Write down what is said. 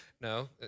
no